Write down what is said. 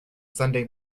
sunday